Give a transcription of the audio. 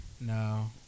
No